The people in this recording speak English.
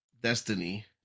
destiny